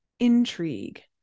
intrigue